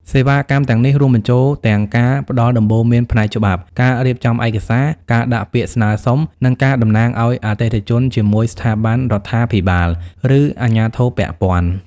សេវាកម្មទាំងនេះរួមបញ្ចូលទាំងការផ្តល់ដំបូន្មានផ្នែកច្បាប់ ការរៀបចំឯកសារ ការដាក់ពាក្យស្នើសុំ និងការតំណាងឱ្យអតិថិជនជាមួយស្ថាប័នរដ្ឋាភិបាល ឬអាជ្ញាធរពាក់ព័ន្ធ។